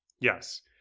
Yes